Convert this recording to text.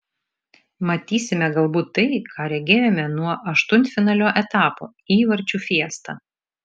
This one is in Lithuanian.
matysime galbūt tai ką regėjome nuo aštuntfinalio etapo įvarčių fiestą